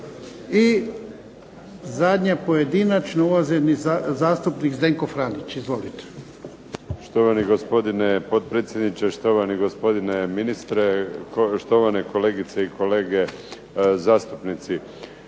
I zadnja pojedinačna, uvaženi zastupnik Zdenko Franić. Izvolite. **Franić, Zdenko (SDP)** Štovani gospodine potpredsjedniče, štovani gospodine ministre, štovane kolegice i kolege zastupnici.